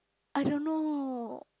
I don't know